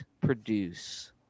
produce